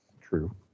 true